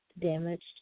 damaged